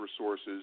resources